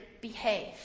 behave